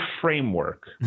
framework